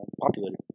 populated